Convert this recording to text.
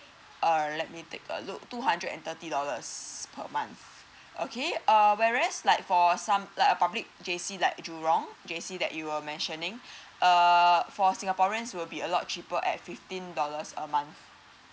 err let me take a look two hundred and thirty dollars per month okay err whereas like for some like a public J_C like jurong J_C that you were mentioning err for singaporeans will be a lot cheaper at fifteen dollars a month